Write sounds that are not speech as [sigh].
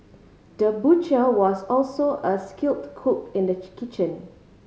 the butcher was also a skilled cook in the [unintelligible] kitchen